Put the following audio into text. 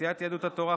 סיעת יהדות התורה,